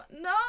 No